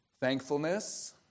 thankfulness